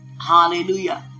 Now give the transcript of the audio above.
Hallelujah